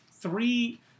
three